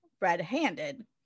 Red-Handed